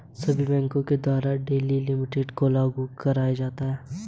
सभी बैंकों के द्वारा डेली लिमिट को लागू कराया जाता है